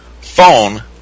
phone